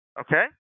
Okay